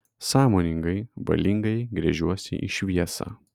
sąmoningai valingai gręžiuosi į šviesą